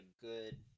good